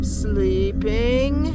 sleeping